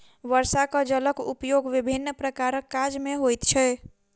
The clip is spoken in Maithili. वर्षाक जलक उपयोग विभिन्न प्रकारक काज मे होइत छै